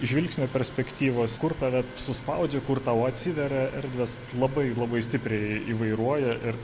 žvilgsnio perspektyvos kur tave suspaudžia kur tau atsiveria erdvės labai labai stipriai įvairuoja ir